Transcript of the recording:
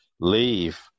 leave